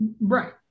Right